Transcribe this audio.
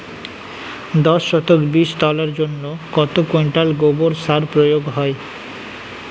দশ শতক বীজ তলার জন্য কত কুইন্টাল গোবর সার প্রয়োগ হয়?